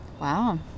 Wow